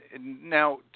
now